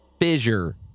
fissure